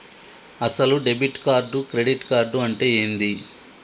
అసలు debit card credit card అంటే ఏంది?